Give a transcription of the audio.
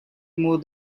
more